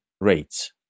rates